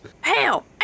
Hell